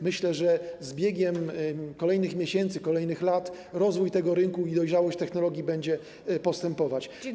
Myślę, że z biegiem kolejnych miesięcy, kolejnych lat rozwój tego rynku i dojrzałość technologii będzie postępować.